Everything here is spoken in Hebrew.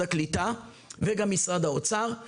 ההפקדה של ה-10,000 שקל שביום שישי אחרי הצוהריים